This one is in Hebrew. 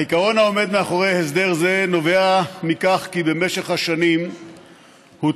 העיקרון העומד מאחורי הסדר זה נובע מכך שבמשך השנים הוטלו